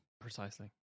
Precisely